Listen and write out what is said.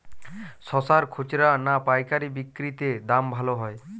শশার খুচরা না পায়কারী বিক্রি তে দাম ভালো হয়?